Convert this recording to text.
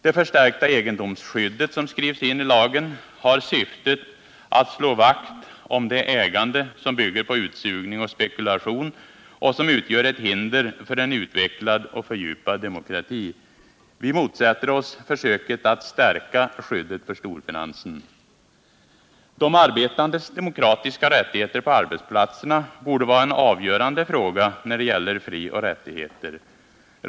Det förstärkta egendomsskydd som skrivs in i lagen har syftet att slå vakt om det ägande som bygger på utsugning och spekulation och som utgör ett hinder för en utvecklad och fördjupad demokrati. Vi motsätter oss försöket att stärka skyddet för storfinansen. De arbetandes demokratiska rättigheter på arbetsplatserna borde vara en avgörande fråga när det gäller frioch rättigheter.